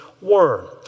word